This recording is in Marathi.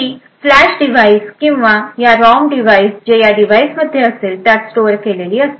ही फ्लॅश डिव्हाइस किंवा या रॉम डिव्हाइस जे या डिव्हाइस मध्ये असेल त्यात स्टोअर केलेली असते